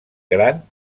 gran